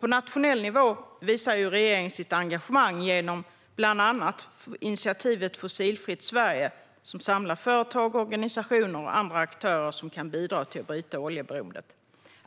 På nationell nivå visar regeringen sitt engagemang genom bland annat initiativet Fossilfritt Sverige, som samlar företag, organisationer och andra aktörer som kan bidra till att bryta oljeberoendet.